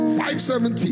570